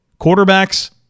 quarterbacks